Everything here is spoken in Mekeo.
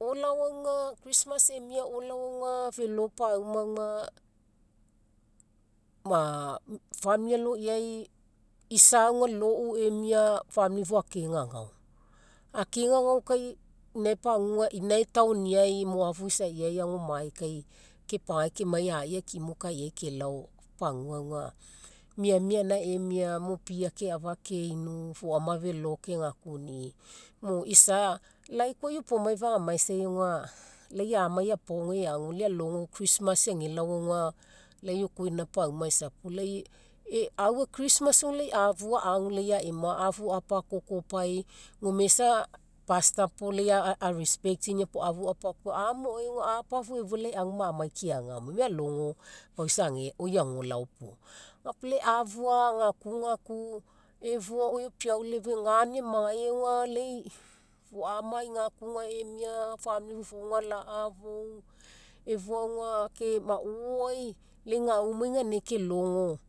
olao aga christmas emia olao aga felo pauma aga, famili aloiai isa aga lou emia famili fou akegagao. Akegagao kai inae taoniai mo afuisai agomai kai kepagai kemai a'i akii mo kaiai kelao pagua aga, miamia gaina emia mo pia keafa'a ke'inu foama felo kegakunii mo isa laii koa iopoga fagamaisai aga, lai amai apaoga eagu lai alogo christmas agelao aga lai oko iona pauma. Aufa christmas aga lai afua agu lai afu apakokopai gome isa pastor po lai a'respectinia puo afu amu maoai apafua efua lai agu mamai keaga mo lai alogo pau isa oi ago lao puo. Ga puo lai afua agakugaku efua oi opiaulai efua egani amagai aga lai foama igakuga emia famili fofouga alaafou efua aga maoai lai gaumai ganinagai ke logo